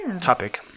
topic